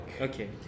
Okay